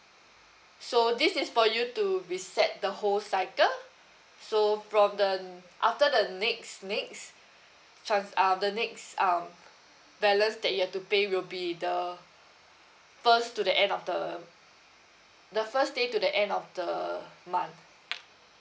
so this is for you to reset the whole cycle so from the n~ after the next next trans~ ah the next um balance that you have to pay will be the first to the end of the the first day to the end of the month